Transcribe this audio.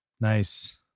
Nice